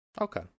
okay